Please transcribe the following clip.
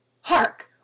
Hark